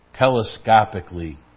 telescopically